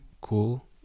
cool